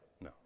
No